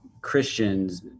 Christians